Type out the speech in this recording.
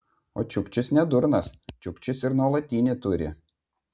o čiukčis ne durnas čiukčis ir nuolatinį turi